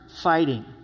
fighting